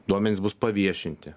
duomenys bus paviešinti